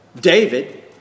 David